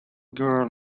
girl